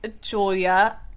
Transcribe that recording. Julia